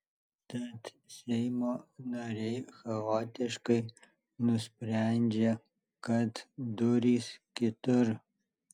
tad seimo nariai chaotiškai nusprendžia kad durys kitur